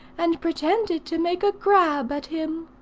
and pretended to make a grab at him.